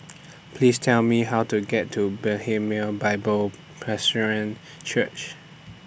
Please Tell Me How to get to Bethlehem Bible Presbyterian Church